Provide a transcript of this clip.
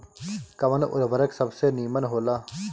कवन उर्वरक सबसे नीमन होला?